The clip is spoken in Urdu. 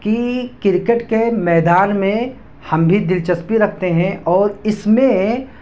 کہ کرکٹ کے میدان میں ہم بھی دلچسپی رکھتے ہیں اور اس میں